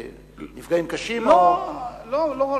נפגעים קשים, או, לא, לא.